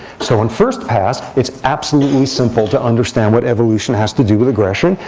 so in first pass, it's absolutely simple to understand what evolution has to do with aggression,